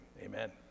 Amen